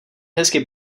hezky